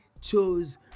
chose